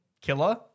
killer